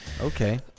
Okay